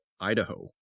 Idaho